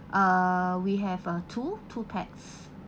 uh we have uh two two pax